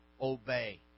obey